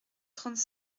trente